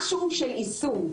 משהו של יישום.